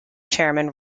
chairman